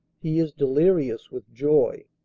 he is delirious with joy.